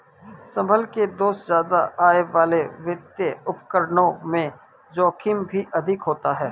संभल के दोस्त ज्यादा आय वाले वित्तीय उपकरणों में जोखिम भी अधिक होता है